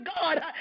God